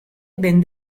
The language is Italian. ben